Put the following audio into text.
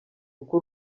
uko